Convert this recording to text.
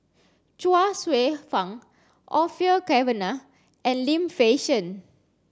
Chuang Hsueh Fang Orfeur Cavenagh and Lim Fei Shen